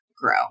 grow